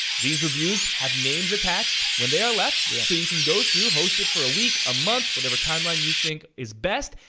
these reviews have named attached when they are left, so you can go through, host it for a week, a month, whatever timeline you think is best,